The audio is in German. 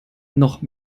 noch